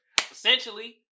Essentially